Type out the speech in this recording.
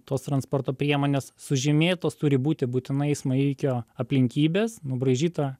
tos transporto priemonės sužymėtos turi būti būtinai eismo įvykio aplinkybės nubraižyta